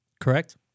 correct